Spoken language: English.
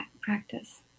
practice